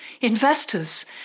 investors